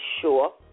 sure